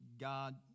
God